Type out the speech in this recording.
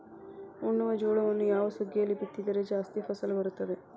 ಉಣ್ಣುವ ಜೋಳವನ್ನು ಯಾವ ಸುಗ್ಗಿಯಲ್ಲಿ ಬಿತ್ತಿದರೆ ಜಾಸ್ತಿ ಫಸಲು ಬರುತ್ತದೆ?